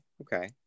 Okay